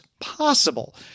possible